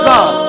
God